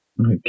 Okay